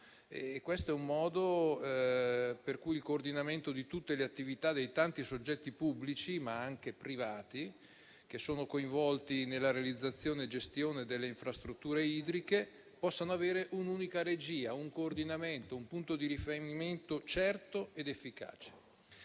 questo è un modo per cui il coordinamento di tutte le attività dei tanti soggetti pubblici, ma anche privati, coinvolti nella realizzazione e gestione delle infrastrutture idriche possano avere un'unica regia, un coordinamento, un punto di riferimento certo ed efficace.